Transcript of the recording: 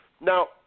Now